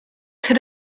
could